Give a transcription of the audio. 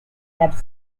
have